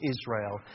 Israel